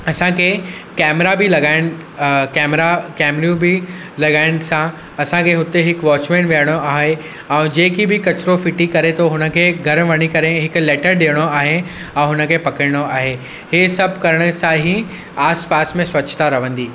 असांखे कैमरा बि लॻाइणु कैमरा कैमरियूं बि लॻाइण सां असांखे हुते हिकु वॉचमैन विहारिणो आहे ऐं जेकी बि किचिरो फिटी करे थो हुनखे घर वञी करे हिकु लेटर ॾियणो आहे ऐं हुनखे पकिड़णो आहे इहे सभु करण सां ई आस पास में स्वच्छता रहंदी